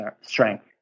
strength